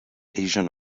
asian